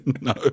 No